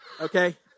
Okay